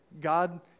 God